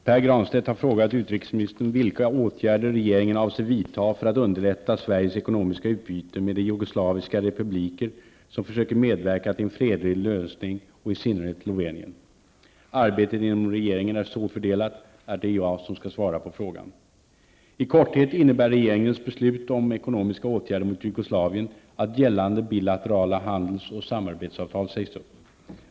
Herr talman! Pär Granstedt har frågat utrikesministern vilka åtgärder regeringen avser vidta för att underlätta Sveriges ekonomiska utbyte med de jugoslaviska republiker som försöker medverka till en fredlig lösning och i synnerhet Slovenien. Arbetet inom regeringen är så fördelat att det är jag som skall svara på frågan. I korthet innebär regeringens beslut om ekonomiska åtgärder mot Jugoslavien att gällande bilaterala handels och samarbetsavtal sägs upp.